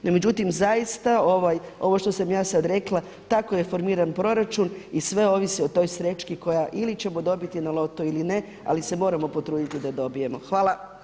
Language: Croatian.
No međutim zaista ovo što sam ja sada rekla, tako je formiran proračun i sve ovisi o toj srećki koja ili ćemo dobiti na lotu ili ne, ali se moramo potruditi da dobijemo.